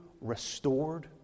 restored